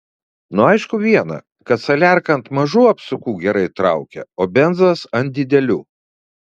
nu aišku viena kad saliarka ant mažų apsukų gerai traukia o benzas ant didelių